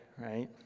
right